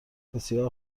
بسیار